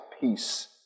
peace